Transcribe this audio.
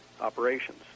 operations